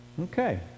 Okay